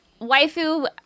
waifu